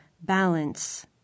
balance